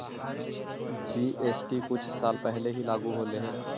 GST कुछ साल पहले ही लागू होलई हे